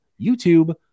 YouTube